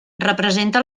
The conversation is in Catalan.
representa